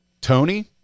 Tony